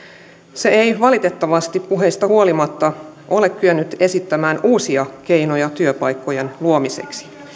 se ei valitettavasti puheista huolimatta ole kyennyt esittämään uusia keinoja työpaikkojen luomiseksi